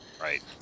right